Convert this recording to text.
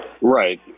Right